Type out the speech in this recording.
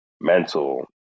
mental